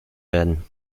werden